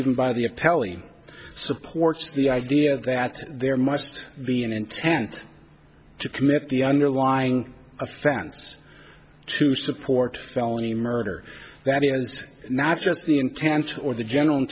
even by the appellee supports the idea that there must be an intent to commit the underlying offense to support felony murder that is not just the intent or the general